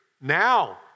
now